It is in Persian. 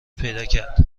پیداکرد